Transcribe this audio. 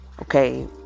Okay